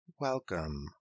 Welcome